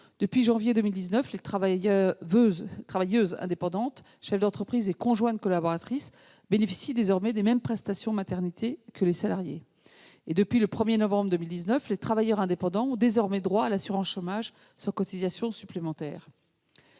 depuis janvier 2019, les travailleuses indépendantes, chefs d'entreprise et conjointes collaboratrices bénéficient des mêmes prestations de maternité que les salariées et, depuis le 1 novembre 2019, les travailleurs indépendants ont droit à l'assurance chômage, sans cotisation supplémentaire.